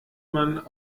man